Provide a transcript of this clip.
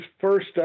first